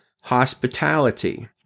hospitality